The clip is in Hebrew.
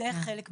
זה חלק מהעניין.